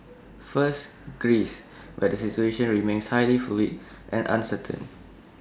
first Greece where the situation remains highly fluid and uncertain